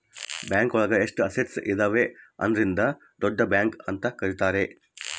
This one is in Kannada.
ಬ್ಯಾಂಕ್ ಒಳಗ ಎಷ್ಟು ಅಸಟ್ಸ್ ಇದಾವ ಅದ್ರಿಂದ ದೊಡ್ಡ ಬ್ಯಾಂಕ್ ಅಂತ ಕರೀತಾರೆ